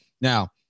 Now